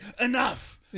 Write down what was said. enough